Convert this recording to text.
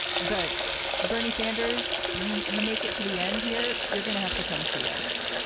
but bernie sanders, you you make it to the end here. you're going to have to come see us